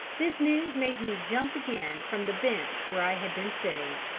this news made me jump again from the bench where i had been sitting.